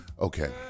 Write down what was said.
Okay